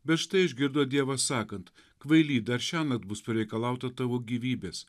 bet štai išgirdo dievą sakant kvaily dar šiąnakt bus pareikalauta tavo gyvybės